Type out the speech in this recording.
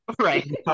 Right